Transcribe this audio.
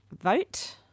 vote